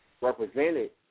represented